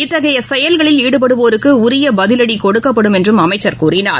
இத்தகையசெயல்களில் ஈடுபடுவோருக்குஉரியபதிவடிகொடுக்கப்படும் என்றும் அமைச்சர் கூறினார்